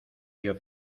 dio